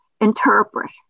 interpret